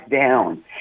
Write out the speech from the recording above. down